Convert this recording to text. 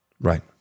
Right